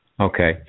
Okay